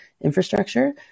infrastructure